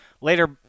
later